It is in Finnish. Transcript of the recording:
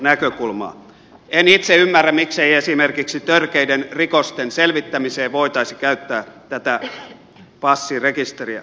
en itse ymmärrä miksei esimerkiksi törkeiden rikosten selvittämiseen voitaisi käyttää tätä passirekisteriä